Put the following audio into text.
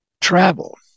travel